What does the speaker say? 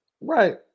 Right